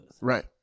Right